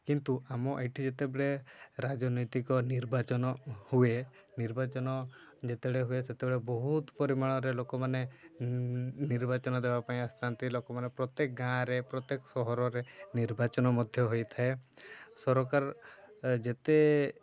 କିନ୍ତୁ ଆମ ଏଇଠି ଯେତେବେଳେ ରାଜନୈତିକ ନିର୍ବାଚନ ହୁଏ ନିର୍ବାଚନ ଯେତେବେଳେ ହୁଏ ସେତେବେଳେ ବହୁତ ପରିମାଣରେ ଲୋକମାନେ ନିର୍ବାଚନ ଦେବା ପାଇଁ ଆସିଥାନ୍ତି ଲୋକମାନେ ପ୍ରତ୍ୟେକ ଗାଁରେ ପ୍ରତ୍ୟେକ ସହରରେ ନିର୍ବାଚନ ମଧ୍ୟ ହୋଇଥାଏ ସରକାର ଯେତେ